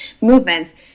movements